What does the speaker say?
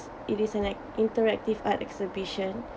it is an interactive art exhibition